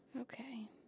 Okay